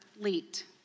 leaked